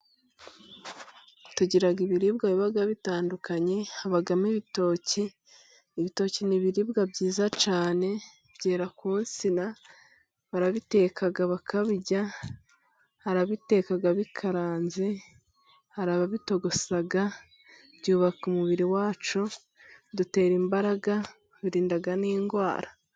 Tugira ibiribwa biba bitandukanye; habamo ibitoki, ibitoki ni ibiribwa byiza cyane, byera ku nsina barabiteka bakabirya, hari abitekaga bikaranze, hari ababitogosaga, byubaka umubiri wacu, bidutera imbaraga, birinda n'indwara.